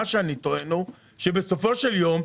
אני טוען שבסופו של יום,